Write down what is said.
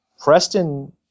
Preston